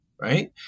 Right